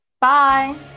bye